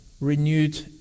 renewed